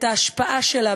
את ההשפעה שלה,